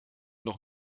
noch